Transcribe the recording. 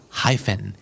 hyphen